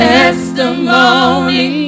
Testimony